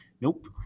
Nope